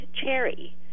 cherry